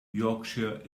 yorkshire